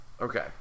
Okay